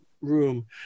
room